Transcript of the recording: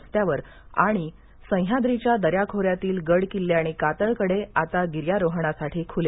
रस्त्यावर आणि सह्याद्रीच्या दऱ्याखोऱ्यातील गड किल्ले आणि कातळकडे आता गिर्यारोहणासाठी खूले